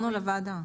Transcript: לוועדה.